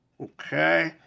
Okay